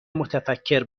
متفکر